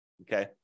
okay